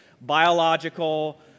biological